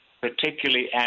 particularly